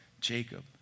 Jacob